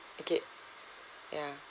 okay ya